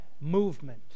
movement